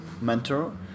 mentor